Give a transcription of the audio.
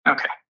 Okay